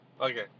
Okay